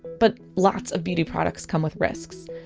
but lots of beauty products come with risks.